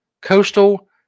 Coastal